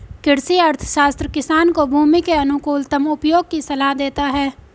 कृषि अर्थशास्त्र किसान को भूमि के अनुकूलतम उपयोग की सलाह देता है